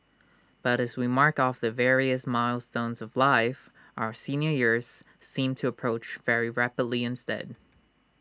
but as we mark off the various milestones of life our senior years seem to approach very rapidly ins deed